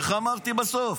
איך אמרתי בסוף?